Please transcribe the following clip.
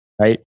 right